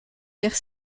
perd